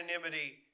anonymity